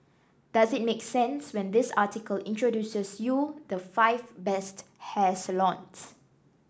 does it make sense when this article introduces you the five best hair salons